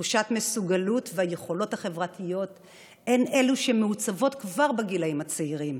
תחושת מסוגלות והיכולות החברתיות הן אלו שמעוצבות כבר בגילאים הצעירים.